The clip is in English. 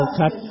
cut